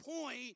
point